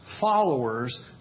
followers